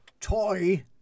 toy